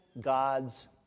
God's